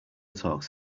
talks